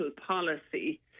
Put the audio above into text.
policy